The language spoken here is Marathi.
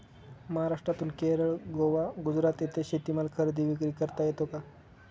महाराष्ट्रातून केरळ, गोवा, गुजरात येथे शेतीमाल खरेदी विक्री करता येतो का?